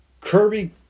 Kirby